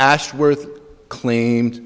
ashworth claim